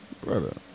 brother